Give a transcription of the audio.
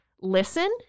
listen